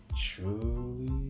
truly